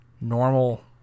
normal